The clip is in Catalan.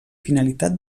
finalitat